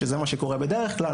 שזה מה שקורה בדרך כלל,